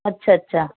अछा अछा